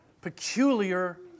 peculiar